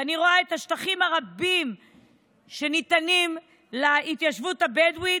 ואני רואה את השטחים הרבים שניתנים להתיישבות הבדואית,